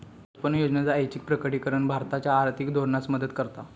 उत्पन्न योजनेचा ऐच्छिक प्रकटीकरण भारताच्या आर्थिक धोरणास मदत करता